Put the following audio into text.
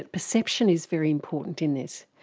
and perception is very important in this.